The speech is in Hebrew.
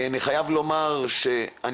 אני חייב לומר שהצלחתם